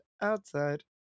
outside